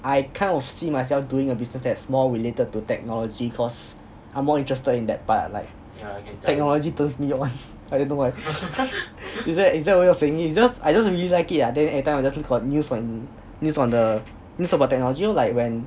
I kind of see myself doing a business that is more related to technology cause I'm more interested in that part like technology turns me on I don't know why is that is that why you all are saying it because I just really like it ah then every time I just see got news on news on the news about technology lor like when